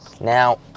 Now